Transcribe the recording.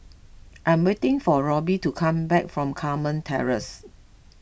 I'm waiting for Robby to come back from Carmen Terrace